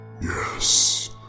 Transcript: Yes